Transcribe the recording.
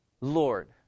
Lord